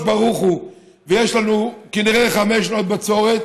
ברוך הוא ויש לנו כנראה חמש שנות בצורת,